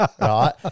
right